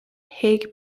hague